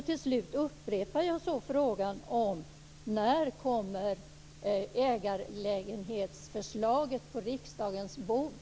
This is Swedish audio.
Till slut upprepar jag så frågan: När kommer ägarlägenhetsförslaget på riksdagens bord?